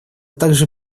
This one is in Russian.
также